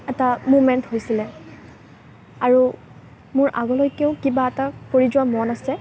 এটা মোমেণ্ট হৈছিলে আৰু মোৰ আগলৈকেও কিবা এটা কৰি যোৱাৰ মন আছে